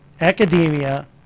academia